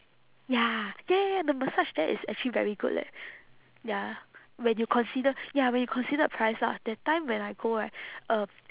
ya ya ya ya the massage there is actually very good leh ya when you consider ya when you consider price lah that time when I go right um